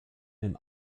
den